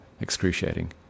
excruciating